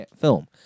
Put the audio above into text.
film